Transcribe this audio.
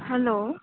hello